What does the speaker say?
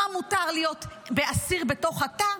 מה מותר להיות לאסיר בתוך התא.